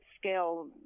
scale